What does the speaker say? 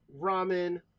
ramen